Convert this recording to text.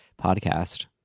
podcast